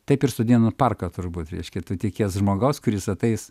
taip ir sodina parką turbūt reiškia tu tikies žmogaus kuris ateis